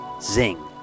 Zing